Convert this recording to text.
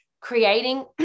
creating